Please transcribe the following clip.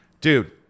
Dude